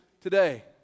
today